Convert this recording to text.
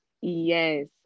Yes